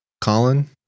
Colin